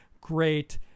great